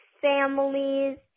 families